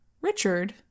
Richard